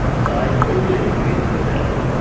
so i totally agree with that. ah